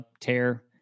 tear